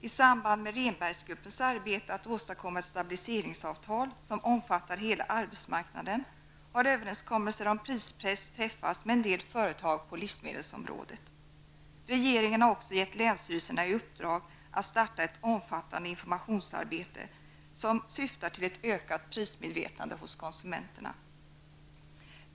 I samband med Rehnberggruppens arbete på att åstadkomma ett stabiliseringsavtal, som omfattar hela arbetsmarknaden, har överenskommelser om prispress träffats med en del företag på livsmedelsområdet. Regeringen har också gett länsstyrelserna i uppdrag att starta ett omfattande informationsarbete som syftar till ett ökat prismedvetande hos konsumenterna.